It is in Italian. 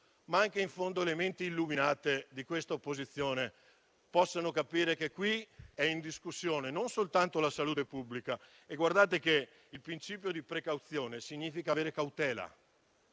ma anche, in fondo, le menti illuminate di questa opposizione possano capire che qui non è in discussione soltanto la salute pubblica. Guardate che il principio di precauzione significa avere cautela